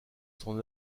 son